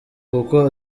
kuko